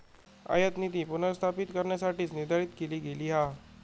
आयातनीती पुनर्स्थापित करण्यासाठीच निर्धारित केली गेली हा